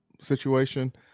situation